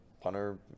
punter